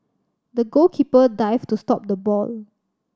the goalkeeper dived to stop the ball